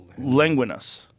Languinus